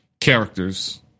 characters